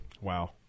Wow